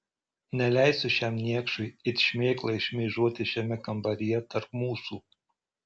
neleisiu šiam niekšui it šmėklai šmėžuoti šiame kambaryje tarp mūsų